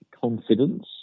confidence